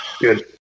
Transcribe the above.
good